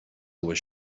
was